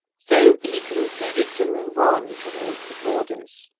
so he concluded to move on toward the borders.